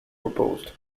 proposed